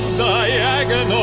diagonal